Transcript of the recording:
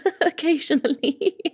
occasionally